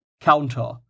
Counter